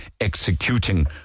executing